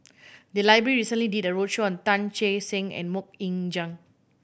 the library recently did a roadshow on Tan Che Sang and Mok Ying Jang